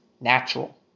natural